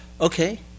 okay